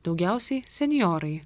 daugiausiai senjorai